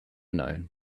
known